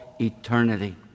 eternity